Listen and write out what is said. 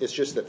it's just that